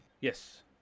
Yes